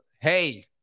hey